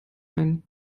ein